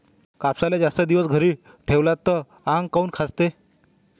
कापसाले जास्त दिवस घरी ठेवला त आंग काऊन खाजवते?